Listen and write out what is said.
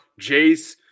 Jace